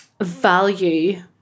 value